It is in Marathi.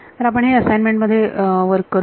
तर आपण हे असाइनमेंट मध्ये वर्क करू